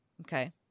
Okay